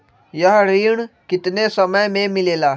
यह ऋण कितने समय मे मिलेगा?